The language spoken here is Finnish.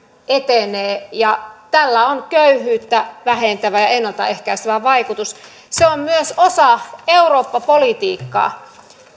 etenee ja tällä on köyhyyttä vähentävä ja ennalta ehkäisevä vaikutus se on myös osa eurooppa politiikkaa